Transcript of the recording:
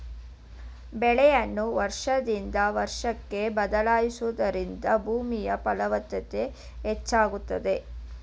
ಬೆಳೆಯನ್ನು ವರ್ಷದಿಂದ ವರ್ಷಕ್ಕೆ ಬದಲಾಯಿಸುವುದರಿಂದ ಭೂಮಿಯ ಫಲವತ್ತತೆ ಹೆಚ್ಚಾಗುತ್ತದೆ